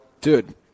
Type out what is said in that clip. Dude